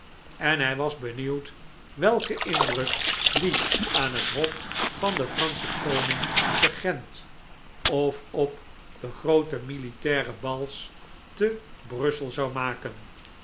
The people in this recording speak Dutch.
en hij was benieuwd welken indruk die aan het hof van den franschen koning te gent of op de groote militaire bals te brussel zou maken